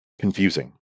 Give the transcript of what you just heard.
confusing